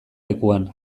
lekuan